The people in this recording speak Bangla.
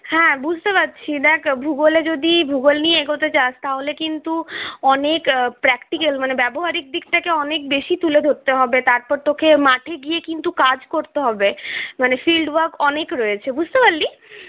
হ্যাঁ বুঝতে পারছি দেখ ভূগোলে যদি ভূগোল নিয়ে এগোতে চাস তাহলে কিন্তু অনেক প্র্যাক্টিকেল মানে ব্যবহারিক দিক থেকে অনেক বেশি তুলে ধরতে হবে তারপর তোকে মাঠে গিয়ে কিন্তু কাজ করতে হবে মানে ফিল্ডওয়ার্ক অনেক রয়েছে বুঝতে পারলি